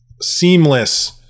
seamless